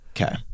Okay